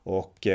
och